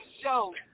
show